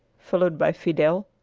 followed by fidel,